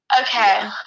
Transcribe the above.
Okay